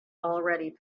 already